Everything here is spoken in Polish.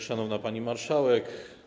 Szanowna Pani Marszałek!